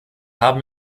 haben